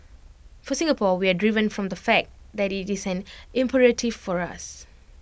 for Singapore we are driven from the fact that IT is an imperative for us